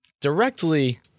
directly